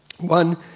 One